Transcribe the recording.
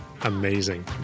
Amazing